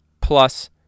plus